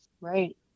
Right